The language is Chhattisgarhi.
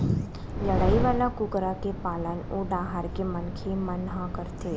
लड़ई वाला कुकरा के पालन ओ डाहर के मनखे मन ह करथे